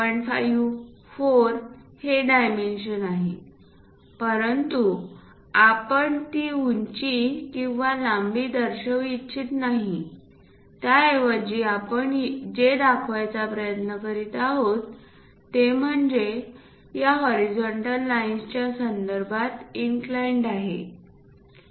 5 4 हे डायमेन्शन आहे परंतु आपण ती उंची किंवा लांबी दर्शवू इच्छित नाही त्या ऐवजी आपण जे दाखवण्याचा प्रयत्न करीत आहोत ते या होरिझोंटल लाइन्सच्या संदर्भात इनक्लाइंड आहे